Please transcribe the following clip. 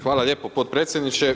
Hvala lijepo potpredsjedniče.